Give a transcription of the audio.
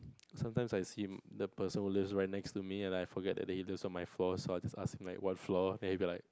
sometimes I see the person who lives right next to me and I forget that he lives on my floor so I just ask him like what floor and he'll be like